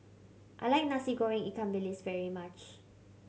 I like Nasi Goreng ikan bilis very much